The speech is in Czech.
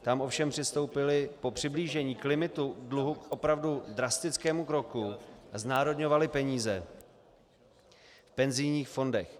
Tam ovšem přistoupili po přiblížení k limitu dluhu k opravdu drastickému kroku a znárodňovali peníze v penzijních fondech.